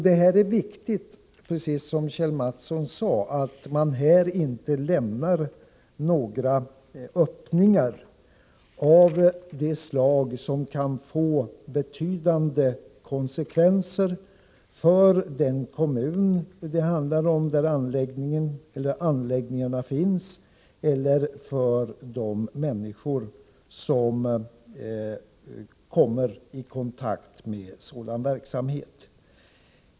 Det är viktigt, precis som Kjell Mattsson sade, att man i detta sammanhang inte lämnar några öppningar av de slag som kan få betydande konsekvenser för kommunen där anläggningen eller anläggningarna finns eller för de människor som kommer i kontakt med sådan verksamhet.